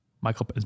Michael